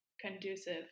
conducive